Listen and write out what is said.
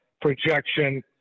projection